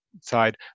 side